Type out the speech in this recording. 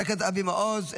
חבר הכנסת אבי מעוז,